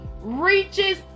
reaches